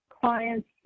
clients